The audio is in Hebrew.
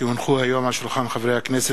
כי הונחו היום על שולחן הכנסת,